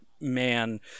man